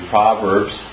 Proverbs